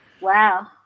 wow